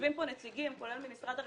יושבים פה נציגים כולל ממשרד הרווחה,